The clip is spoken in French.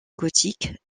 gothique